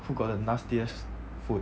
who got the nastiest food